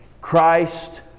Christ